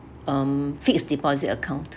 um fixed deposit account